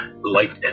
light